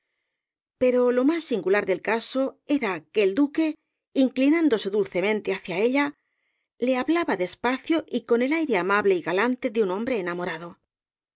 pero lo más singular del caso era que el duque inclinándose dulcemente hacia ella le hablaba despacio y con el aire amable y galante de un hombre enamorado